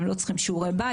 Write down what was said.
הם לא צריכים שיעורי בית,